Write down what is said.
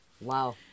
Wow